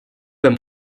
beim